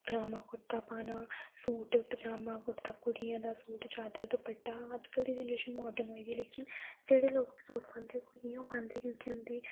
पजामा कुर्ता पाना सूट पजामा कुर्ता कुड़ियें दा सूट चादर दुपटा अजकल्ल दी जनरेशन माडर्न होई दी लेकिन जेह्ड़े लोक सुट पांदे ओह् इयो पांदे क्युंकी उंदी